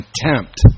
contempt